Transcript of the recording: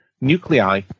nuclei